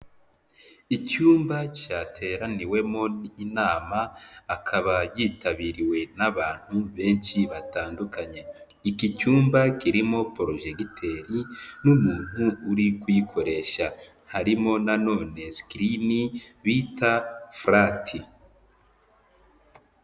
Icyumba cyateraniwemo n'inama akaba yitabiriwe n'abantu benshi batandukanye, iki cyumba kirimo porojegiteri n'umuntu uri kuyikoresha harimo na none screen bita flat.